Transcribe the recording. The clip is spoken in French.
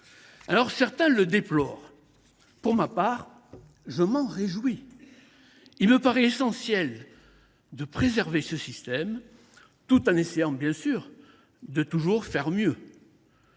sûr ! Certains le déplorent ; pour ma part, je m’en réjouis. Il me paraît essentiel de préserver ce système, tout en essayant bien sûr de faire toujours mieux.